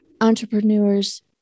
entrepreneurs